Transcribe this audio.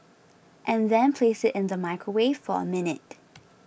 and then place it in the microwave for a minute